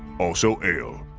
also ale!